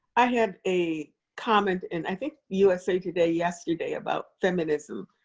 i had a comment in, i think, usa today yesterday about feminism.